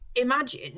imagine